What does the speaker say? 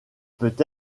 peut